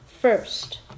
First